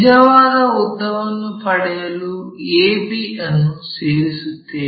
ನಿಜವಾದ ಉದ್ದವನ್ನು ಪಡೆಯಲು a b ಅನ್ನು ಸೇರಿಸುತ್ತೇವೆ